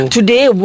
Today